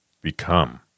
become